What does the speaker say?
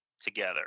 Together